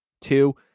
two